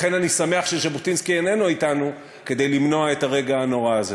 לכן אני שמח שז'בוטינסקי איננו אתנו כדי למנוע את הרגע הנורא הזה.